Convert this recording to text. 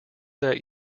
that